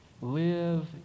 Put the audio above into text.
live